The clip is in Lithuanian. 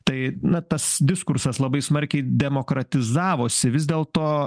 tai na tas diskursas labai smarkiai demokratizavosi vis dėlto